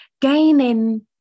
gaining